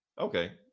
okay